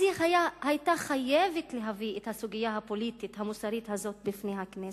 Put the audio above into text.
אז היא היתה חייבת להביא את הסוגיה הפוליטית המוסרית הזאת בפני הכנסת.